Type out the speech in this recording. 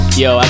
yo